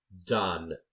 done